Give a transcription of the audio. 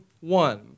one